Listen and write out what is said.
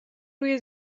روی